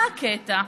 מה הקטע?